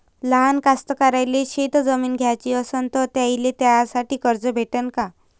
लहान कास्तकाराइले शेतजमीन घ्याची असन तर त्याईले त्यासाठी कर्ज भेटते का?